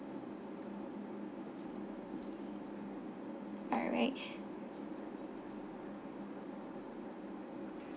alright